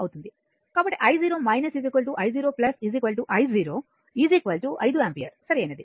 కాబట్టి i i0 i 5 ampere సరైనది